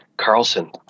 Carlson